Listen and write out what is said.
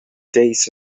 days